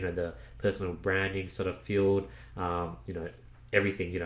the personal branding sort of field you know everything, you know,